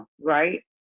Right